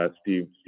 Steve